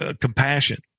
compassion